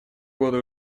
года